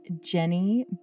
jenny